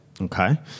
Okay